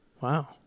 wow